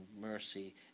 mercy